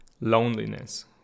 loneliness